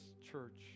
church